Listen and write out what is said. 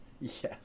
yes